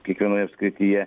kiekvienoje apskrityje